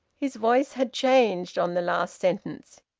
his voice had changed on the last sentence.